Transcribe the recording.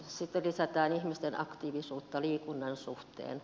sitten lisätään ihmisten aktiivisuutta liikunnan suhteen